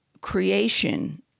creation